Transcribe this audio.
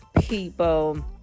people